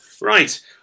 Right